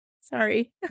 sorry